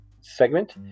segment